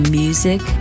music